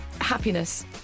Happiness